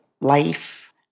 life